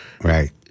Right